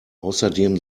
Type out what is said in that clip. außerdem